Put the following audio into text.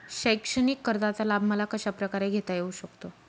शैक्षणिक कर्जाचा लाभ मला कशाप्रकारे घेता येऊ शकतो?